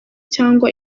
cyangwa